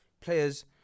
Players